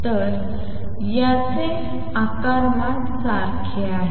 तर या uTB12 चे आकारमान A21सारखे आहे